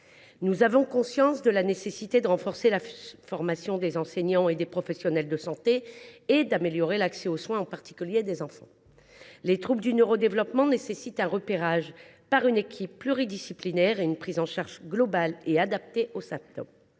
Nous avons conscience de la nécessité de renforcer la formation des enseignants et des professionnels de santé et d’améliorer l’accès aux soins, en particulier des enfants. Les troubles du neurodéveloppement nécessitent un repérage par une équipe pluridisciplinaire et une prise en charge globale adaptée aux symptômes.